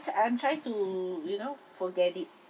I'm trying to you know forget it